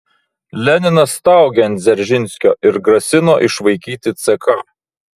leninas staugė ant dzeržinskio ir grasino išvaikyti ck